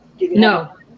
No